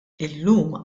illum